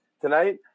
tonight